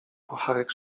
kucharek